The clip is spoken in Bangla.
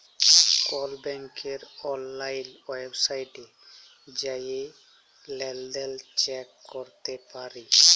কল ব্যাংকের অললাইল ওয়েবসাইটে জাঁয়ে লেলদেল চ্যাক ক্যরতে পারি